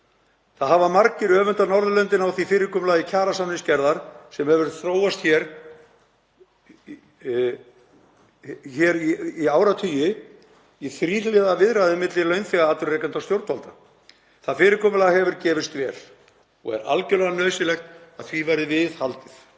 Það hafa margir öfundað Norðurlöndin af því fyrirkomulagi kjarasamningsgerðar sem hefur þróast hér í áratugi, í þríhliða viðræðum milli launþega, atvinnurekenda og stjórnvalda. Það fyrirkomulag hefur gefist vel og er algjörlega nauðsynlegt að því verði viðhaldið.